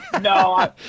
No